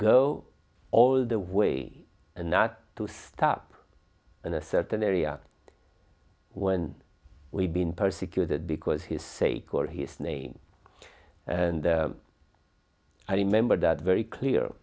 go all the way and not to stop in a certain area when we've been persecuted because his sake or his name and i remember that very clear